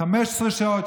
15 שעות,